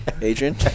Adrian